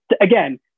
again